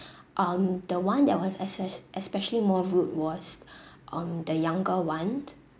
um the one that was espe~ especially more rude was um the younger one